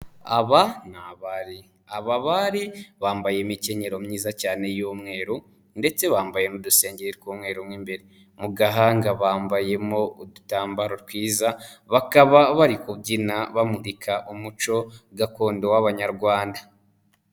Aba ni abari. Aba bari bambaye imikenyero myiza cyane y'umweru ndetse bambaye n'udusengeri tw'umweru mu imbere, mu gahanga bambayemo udutambaro twiza bakaba bari kubyina bamurika umuco gakondo w'Abanyarwanda.